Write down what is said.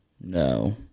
No